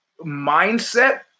mindset